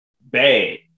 bad